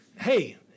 Hey